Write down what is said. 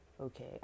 okay